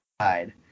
side